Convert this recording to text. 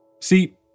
See